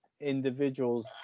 individuals